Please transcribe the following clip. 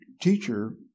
Teacher